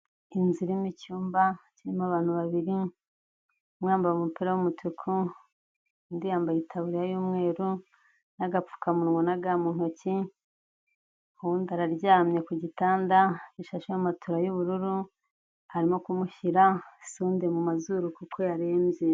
Inzu iri mu cyumba kirimo abantu babiri, umwe yambaye umupira w'umutuku undi yambaye itaburiya y'umweru n'agapfukamunwa na ga mu ntoki, uwundi araryamye ku gitanda gishasheho matora y'ubururu, barimo kumushyira sonde mu mazuru kuko yarembye.